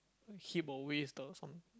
hip or waist those